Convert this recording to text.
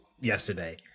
yesterday